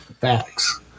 Facts